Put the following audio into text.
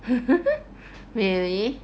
really